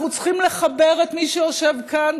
אנחנו צריכים לחבר את מי שיושב כאן,